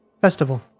festival